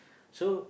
so